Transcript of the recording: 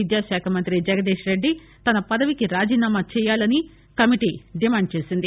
విద్యా శాఖ మంత్రి జగదీశ్ రెడ్డి తన పదవికి రాజీనామా చేయాలని కమిటీ డిమాండ్ చేసింది